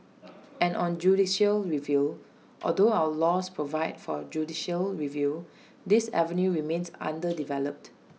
and on judicial review although our laws provide for judicial review this avenue remains underdeveloped